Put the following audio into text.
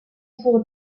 tour